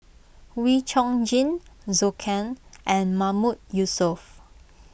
Wee Chong Jin Zhou Can and Mahmood Yusof